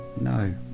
no